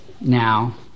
now